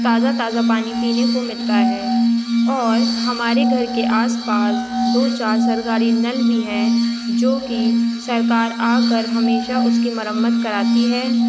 تازہ تازہ پانی پینے کو ملتا ہے اور ہمارے گھر کے آس پاس دو چار سرکاری نل بھی ہیں جو کہ سرکار آ کر ہمیشہ اُس کی مرمت کراتی ہے